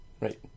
Right